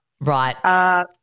Right